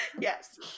Yes